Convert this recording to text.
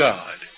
God